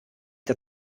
der